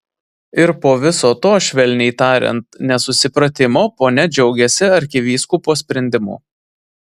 ir po viso to švelniai tariant nesusipratimo ponia džiaugiasi arkivyskupo sprendimu